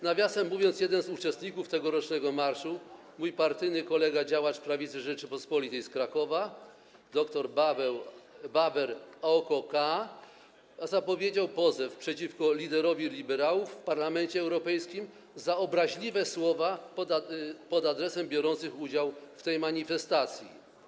Nawiasem mówiąc, jeden z uczestników tegorocznego marszu, mój partyjny kolega, działacz Prawicy Rzeczypospolitej z Krakowa dr Bawer Aondo-Akaa, zapowiedział pozew przeciwko liderowi liberałów w Parlamencie Europejskim za obraźliwe słowa pod adresem biorących udział w tej manifestacji.